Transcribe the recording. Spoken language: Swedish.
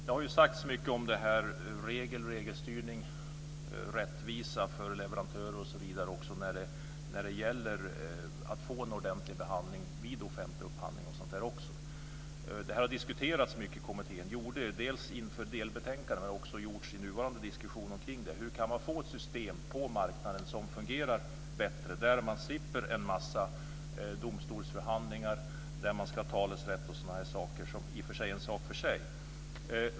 Det har talats mycket om regler, regelstyrning och rättvisa för leverantörer osv. och att det gäller att få en ordentlig behandling vid offentlig upphandling. De här frågorna har diskuterats mycket i kommittén. De fanns med i diskussionerna inför delbetänkandet och de finns också med i nuvarande diskussion. Hur kan man få ett system på marknaden som fungerar bättre och där man slipper domstolsförhandlingar med talerätt och sådana saker, som i och för sig är en sak för sig?